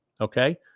Okay